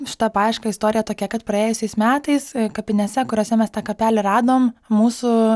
šita paieška istorija tokia kad praėjusiais metais kapinėse kuriose mes tą kapelį radom mūsų